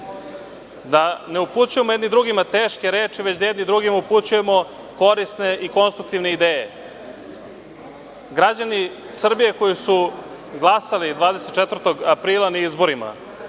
da ne upućujemo jedni drugima teške reči, već da jedni drugima upućujemo korisne i konstruktivne ideje. Građani Srbije koji su glasali 24. aprila na izborima